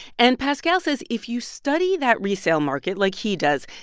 and pascal says if you study that resale market like he does,